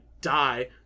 die